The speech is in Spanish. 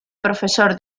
profesor